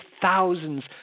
thousands